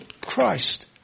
Christ